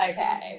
Okay